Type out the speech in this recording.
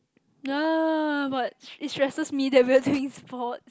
no but it stresses me than bring things forward